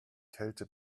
kälte